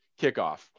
kickoff